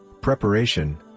preparation